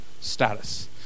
status